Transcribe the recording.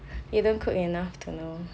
you don't cook enough to know